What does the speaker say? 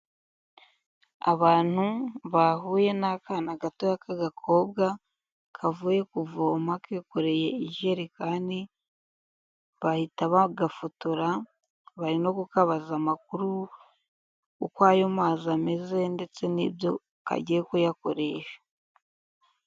Abantu bahuye n'akana gatoya k'agakobwa kavuye kuvoma kikoreye ijerekani bahita bagafotora, bari no kukabaza amakuru, uko ayo mazi ameze ndetse n'ibyo kagiye kuyakoresha.